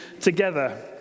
together